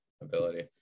ability